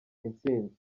intsinzi